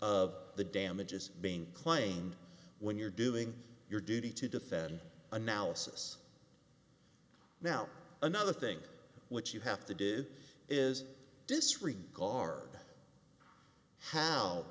of the damages being claimed when you're doing your duty to defend analysis now another thing which you have to do is disregard how